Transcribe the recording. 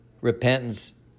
repentance